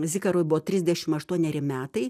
zikarui buvo trisdešim aštuoneri metai